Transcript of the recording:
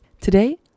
Today